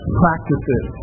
practices